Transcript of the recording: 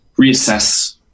reassess